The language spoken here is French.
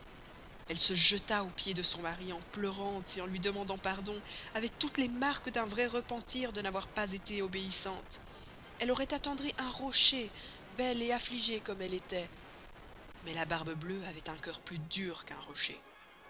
elle se jetta aux pieds de son mari en pleurant et en luy demandant pardon avec toutes les marques d'un vrai repentir de n'avoir pas esté obëissante elle auroit attendri un rocher belle et affligée comme elle estoit mais la barbe bleuë avoit le cœur plus dur qu'un rocher